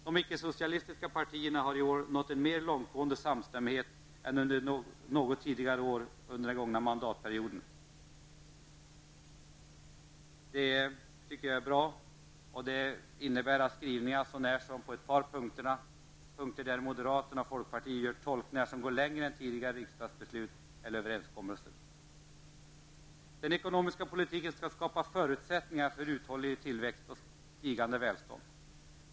De icke-socialistiska partierna har i år nått en mer långtgående samstämmighet än något tidigare år under den gångna mandatperioden. Det gläder oss, och det medför att skrivningarna överensstämmer, så när som på ett par punkter där moderaterna och folkparitet gör tolkningar som går längre än tidigare riksdagsbeslut eller överenskommelser. Den ekonomiska politiken skall skapa förutsättningar för uthållig tillväxt och stigande välstånd.